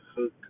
hook